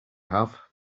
have